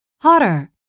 Hotter